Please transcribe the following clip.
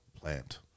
plant